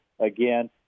again